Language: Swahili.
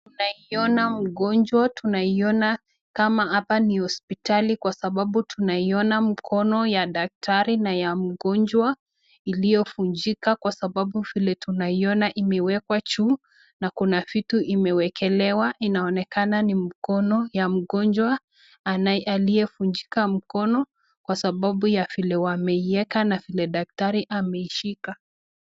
Tunamuona mgonjwa tunaona kama hapa ni hospitali kwa sababu tunaona mkono wa daktari na wa mgonjwa iliovunjika kwa sababu vile tunaona imewekwa juu na kuna vitu imewekelewa, inaonekana ni mkono ya mgonjwa aliyevunjika mkono kwa sababu ya vile wameieka na vile daktari ameishika.